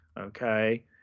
Okay